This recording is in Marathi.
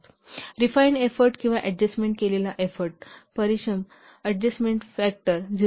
तर रिफाइन एफोर्ट किंवा अडजस्टमेन्ट केलेला एफोर्ट अडजस्टमेन्ट फॅक्टर 0